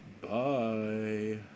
Bye